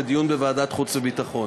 לדיון בוועדת החוץ והביטחון.